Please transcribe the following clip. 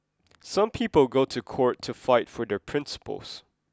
some people go to court to fight for their principles